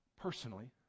personally